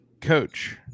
coach